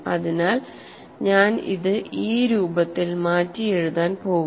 അതിനാൽ ഞാൻ ഇത് ഈ രൂപത്തിൽ മാറ്റിയെഴുതാൻ പോകുന്നു